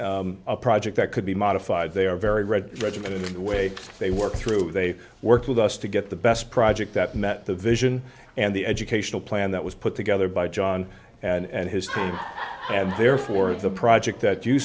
not a project that could be modified they are very red regiment in the way they work through they worked with us to get the best project that met the vision and the educational plan that was put together by john and his team and therefore the project that you